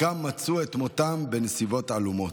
וחלקם מצאו את מותם בנסיבות עלומות.